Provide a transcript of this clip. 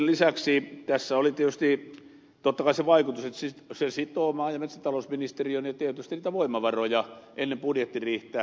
lisäksi tällä oli tietysti totta kai se vaikutus että se sitoo tietysti maa ja metsätalousministeriön voimavaroja ennen budjettiriihtä